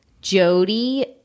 Jody